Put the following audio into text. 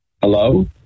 Hello